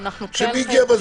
מה הבעיה שזה יהיה ככה?